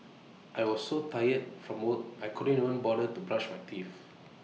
I was so tired from work I couldn't even bother to brush my teeth